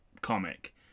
comic